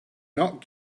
not